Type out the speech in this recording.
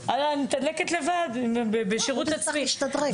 אלא אני מתדלקת לבד בשרות עצמי,